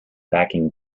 backing